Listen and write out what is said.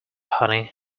honey